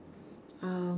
um